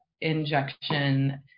injection